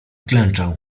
klęczał